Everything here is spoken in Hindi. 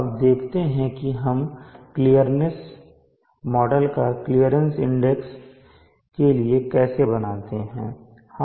अब देखते हैं कि हम क्लियरनेस मॉडल को क्लियरनेस इंडेक्स के लिए कैसे बनाते हैं